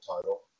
title